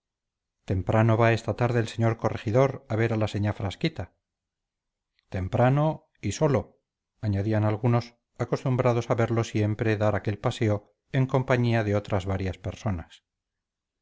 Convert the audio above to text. temprano va esta tarde el señor corregidor a ver a la señá frasquita temprano y solo añadían algunos acostumbrados a verlo siempre dar aquel paseo en compañía de otras varias personas